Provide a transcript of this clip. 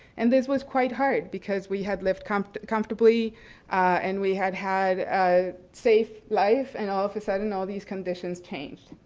and this was quite hard because we had lived comfortably comfortably and we had had a safe life, and all of a sudden all these conditions changed.